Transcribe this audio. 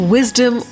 Wisdom